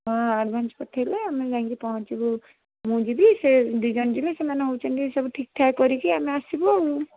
ହଁ ଆଡ଼ଭାନ୍ସ ପଠାଇଲେ ଆମେ ଯାଇଁକି ପହଞ୍ଚିବୁ ମୁଁ ଯିବି ସେ ଦୁଇ ଜଣ ଯିବେ ସେମାନେ ହେଉଛନ୍ତି ସବୁ ଠିକ୍ ଠାକ୍ କରିକି ଆମେ ଆସିବୁ ଆଉ